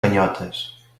ganyotes